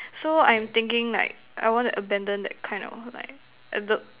so I'm thinking like I want to abandon that kind of like